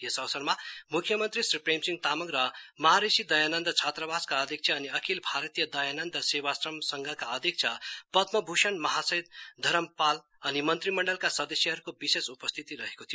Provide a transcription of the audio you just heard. यस अवसरमा म्ख्यमन्त्री श्री प्रेमसिंह तामङ र महाऋषि दयानन्द छात्रावासका अध्याक्ष अनि अखिल भारतीय दयानन्द सेवाश्रम संघका अध्यक्ष पद्माभ्षण महाशय धरमपाल अनि मंत्रीमण्डलको सदस्यहरूको विशेष उपस्थिति रहेको थियो